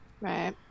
right